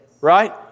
Right